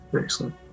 Excellent